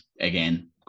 again